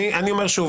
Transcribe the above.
אני אומר שוב,